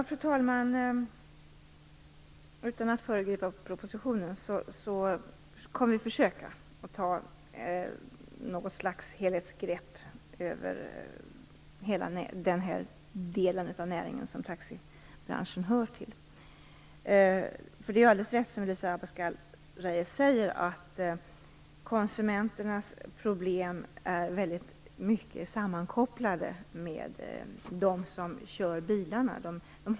Fru talman! Utan att föregripa propositionen kan jag säga att vi kommer att försöka att ta ett slags helhetsgrepp. Det gäller då hela den del av näringen som taxibranschen hör till. Det är alldeles rätt som Elisa Abascal Reyes säger, nämligen att konsumenternas problem i hög grad är kopplade till de problem som de har som kör bilarna.